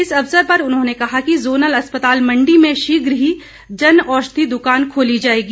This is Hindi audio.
इस अवसर पर उन्होंने कहा कि जोनल अस्पताल मंडी में शीघ्र ही जन औषधि दुकान खोली जाएगी